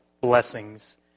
Blessings